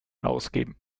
ausgeben